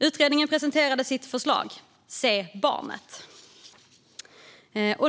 Utredningen presenterade sitt förslag: Se barnet !